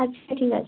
আচ্ছা ঠিক আছে